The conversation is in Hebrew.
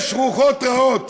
יש רוחות רעות,